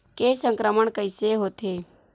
के संक्रमण कइसे होथे?